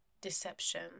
deception